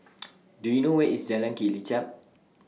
Do YOU know Where IS Jalan Kelichap